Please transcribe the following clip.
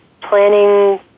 planning